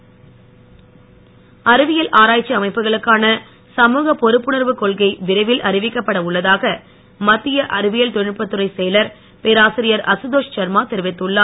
அறிவியல் அறிவியல் ஆராய்ச்சி அமைப்புகளுக்கான சமூகப் பொறுப்புணர்வுக் கொள்கை விரைவில் அறிவிக்கப்பட உள்ள தாக மத்திய அறிவியல் தொழில்நுட்பத்துறைச் செயலர் பேராசிரியர் அகதோஷ் சர்மா தெரிவித்துள்ளார்